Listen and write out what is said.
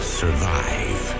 survive